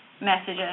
messages